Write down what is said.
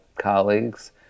colleagues